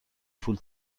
پول